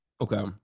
okay